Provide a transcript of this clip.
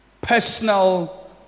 Personal